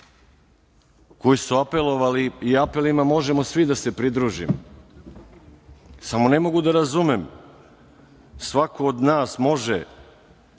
koji su apelovali i apelima možemo svi da se pridružimo, samo ne mogu da razumem, svako od nas može